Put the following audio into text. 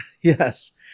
Yes